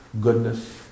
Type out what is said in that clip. Goodness